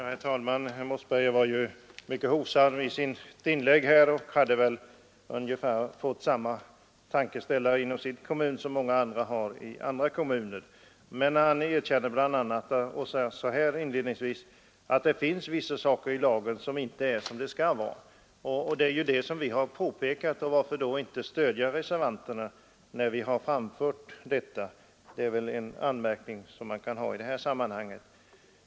Herr talman! Herr Mossberger var mycket hovsam i sitt inlägg. Han har kanske i sin hemkommun fått ungefär samma tankeställare som många andra har fått i sina kommuner. Inledningsvis erkände också herr Mossberger att det finns vissa saker i lagen som inte är som de skall vara — och det är just vad vi har påpekat. Men varför inte då stödja reservanterna, när vi har framhållit detta? Det är verkligen en fråga som man kan ställa i detta sammanhang.